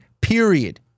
period